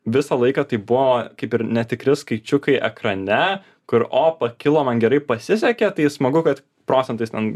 visą laiką tai buvo kaip ir netikri skaičiukai ekrane kur o pakilo man gerai pasisekė tai smagu kad procentais ten